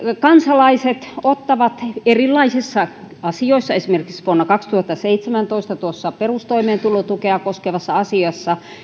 kansalaiset ottavat erilaisissa asioissa esimerkiksi vuonna kaksituhattaseitsemäntoista tuossa perustoimeentulotukea koskevassa asiassa